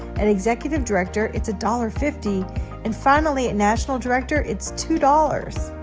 and executive director, it's a dollar fifty and finally at national director, it's two dollars.